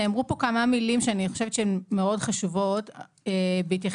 נאמרו פה כמה מילים שאני חושבת שהן מאוד חשובות בהתייחס